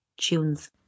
tunes